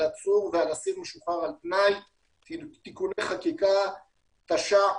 על עצור ואסיר משוחרר על תנאי כתיקוני חקיקה תש"א-2014.